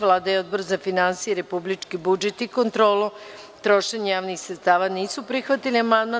Vlada i Odbor za finansije, republički budžet i kontrolu trošenja javnih sredstava nisu prihvatili amandman.